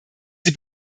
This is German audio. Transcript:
sie